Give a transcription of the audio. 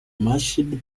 mashed